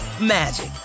magic